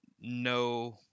no